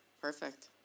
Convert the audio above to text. perfect